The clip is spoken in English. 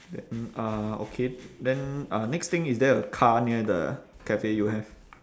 then uh okay then uh next thing is there a car near the cafe you have